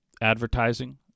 Advertising